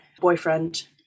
boyfriend